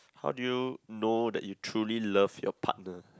how do you know that you truly love your partner